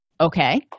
Okay